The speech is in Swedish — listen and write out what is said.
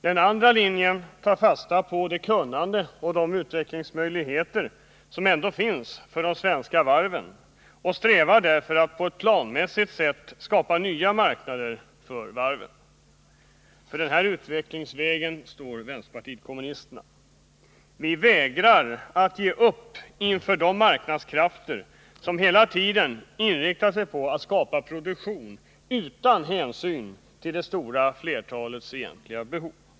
Den andra linjen tar fasta på det kunnande och de utvecklingsmöjligheter som ändå finns för de svenska varven och strävar därför att på ett planmässigt sätt skapa nya marknader för varven. För denna utvecklingsväg står vänsterpartiet kommunisterna. Vi vägrar att ge upp inför de marknadskrafter som hela tiden inriktar sig på att skapa produktion utan hänsyn till det stora flertalets egentliga behov.